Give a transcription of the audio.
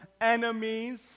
enemies